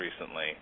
recently